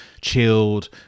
chilled